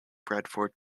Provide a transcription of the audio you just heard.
bradford